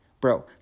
Bro